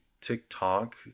TikTok